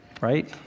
Right